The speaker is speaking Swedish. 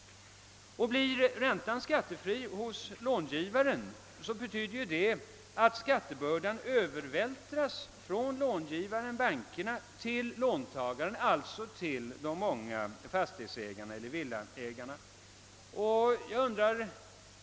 Blir räntan skattefri hos långivaren betyder det att skattebördan övervältras från långivaren— banken till låntagaren—de många fastighetseller villaägarna.